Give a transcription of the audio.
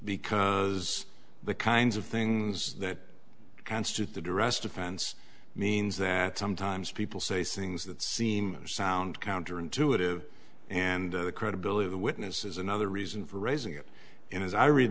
because the kinds of things that constitute the direct offense means that sometimes people say things that seem sound counter intuitive and the credibility of the witness is another reason for raising it in as i read